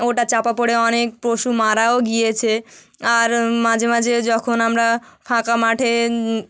ওটা চাপা পড়ে অনেক পশু মারাও গিয়েছে আর মাঝে মাঝে যখন আমরা ফাঁকা মাঠে